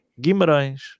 Guimarães